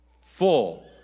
Full